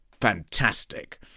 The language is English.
Fantastic